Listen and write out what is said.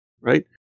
right